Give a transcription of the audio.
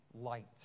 light